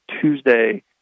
Tuesday